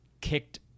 kicked